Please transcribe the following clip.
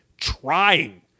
trying